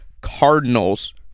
Cardinals